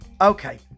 Okay